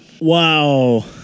Wow